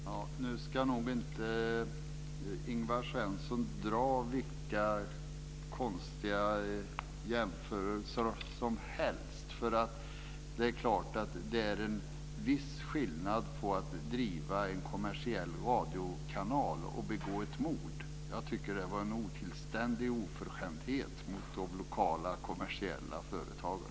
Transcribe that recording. Fru talman! Ingvar Svensson ska nog inte göra vilka konstiga jämförelser som helst. Det är klart att det är en viss skillnad på att driva en kommersiell radiokanal och begå ett mord. Jag tycker att det var en otillständig oförskämdhet mot de lokala kommersiella företagen.